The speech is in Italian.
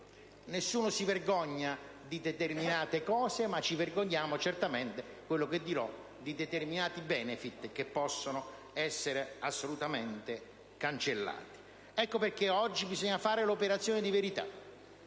nessuno si vergogna di determinate cose, ma ci vergogniamo certamente di determinati *benefit*, che possono essere assolutamente cancellati. Ecco perché oggi bisogna fare l'operazione di verità: